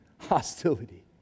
Hostility